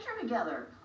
together